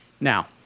Now